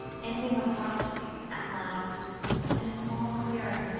ending abruptly at last in a small clearing,